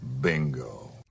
Bingo